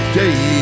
day